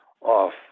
off